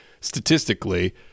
statistically